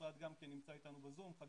נמצא אתנו ב-זום סמנכ"ל המשרד,